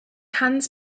hands